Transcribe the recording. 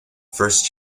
first